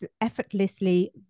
effortlessly